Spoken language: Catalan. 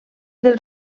del